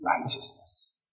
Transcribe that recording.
righteousness